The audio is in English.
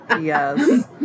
yes